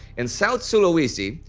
in south-sulawesi,